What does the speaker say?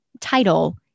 title